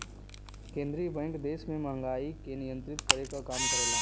केंद्रीय बैंक देश में महंगाई के नियंत्रित करे क काम करला